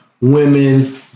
women